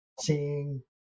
seeing